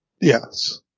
Yes